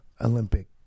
Olympic